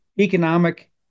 economic